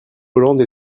hollande